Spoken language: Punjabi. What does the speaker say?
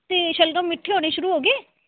ਅਤੇ ਸ਼ਲਗਮ ਮਿੱਠੇ ਹੋਣੇ ਸ਼ੁਰੂ ਹੋ ਗਏ